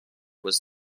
was